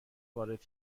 وارد